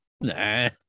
Nah